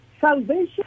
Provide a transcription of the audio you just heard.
salvation